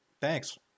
thanks